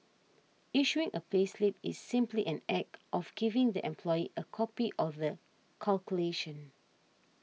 issuing a payslip is simply an act of giving the employee a copy of the calculation